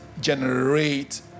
generate